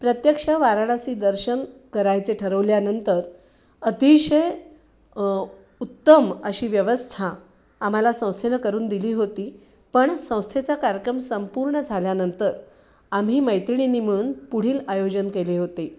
प्रत्यक्ष वाराणसी दर्शन करायचे ठरवल्यानंतर अतिशय उत्तम अशी व्यवस्था आम्हाला संस्थेनं करून दिली होती पण संस्थेचा कार्यक्रम संपूर्ण झाल्यानंतर आम्ही मैत्रिणींनी मिळून पुढील आयोजन केले होते